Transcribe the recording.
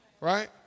Right